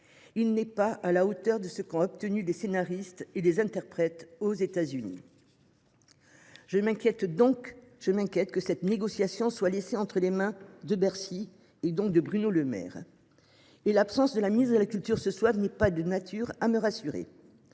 il n’est pas à la hauteur de ce qu’ont obtenu scénaristes et interprètes aux États Unis. Je m’inquiète donc que cette négociation soit laissée entre les mains de Bercy et de Bruno Le Maire ; l’absence de la ministre de la culture ce soir n’est d’ailleurs pas de nature à me rassurer.